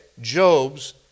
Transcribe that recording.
Job's